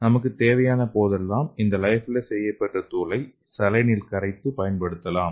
நமக்குத் தேவையான போதெல்லாம் இந்த லியோபிலிஸ் செய்யப்பட்ட தூளை சலைனில் கரைத்து பயன்படுத்தலாம்